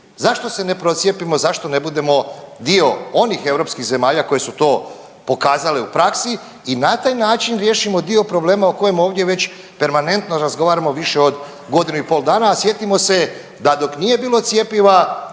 Zašto se ne procijepimo, zašto ne budemo dio onih europskih zemalja koje su to pokazale u praksi i na taj način riješimo dio problema o kojem ovdje već permanentno razgovaramo više od godinu i pol dana, a sjetimo se da dok nije bilo cjepiva